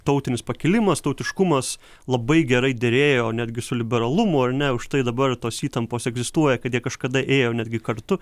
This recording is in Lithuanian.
tautinis pakilimas tautiškumas labai gerai derėjo netgi su liberalumu ar ne užtai dabar tos įtampos egzistuoja kad jie kažkada ėjo netgi kartu